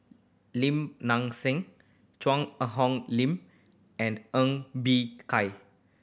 Lim Nang Seng Cheang Hong Lim and Ng Bee Kai